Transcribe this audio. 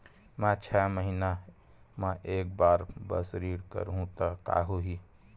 मैं छै महीना म एक बार बस ऋण करहु त का होही?